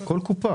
בבוקר.